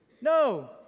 No